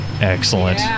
Excellent